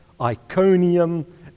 Iconium